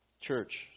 Church